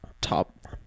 top